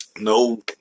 No